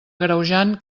agreujant